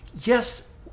yes